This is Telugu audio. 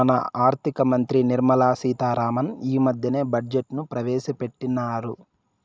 మన ఆర్థిక మంత్రి నిర్మలా సీతా రామన్ ఈ మద్దెనే బడ్జెట్ ను ప్రవేశపెట్టిన్నారు